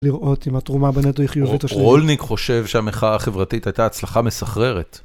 לראות אם התרומה בנטו היא חיובית או שלילית ... רולניק חושב שהמחאה החברתית הייתה הצלחה מסחררת.